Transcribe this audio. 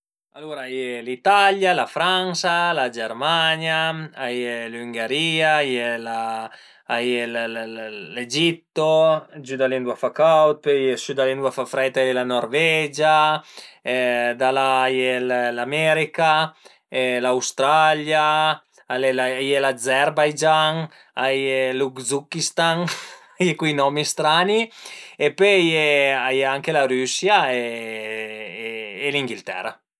Alura a ie l'Italia, la Fransa, la Germania, a ie l'Üngherìa, a ie a ie l'Egitto, giü da li ëndua a fa caud, pöi ën su da li ëndua a fa freit a ie la Nurvegia, da la a ie l'America, l'Australia, a ie l'Azerbaigian, a ie l'Uzukistan, a ie cui nomi strani e pöi a ie a ie anche la Rüsia e l'Inghiltera